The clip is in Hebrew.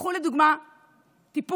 קחו לדוגמה טיפול